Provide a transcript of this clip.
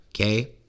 okay